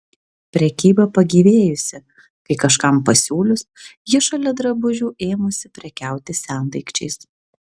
prekyba pagyvėjusi kai kažkam pasiūlius ji šalia drabužių ėmusi prekiauti sendaikčiais